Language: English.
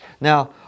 Now